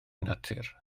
natur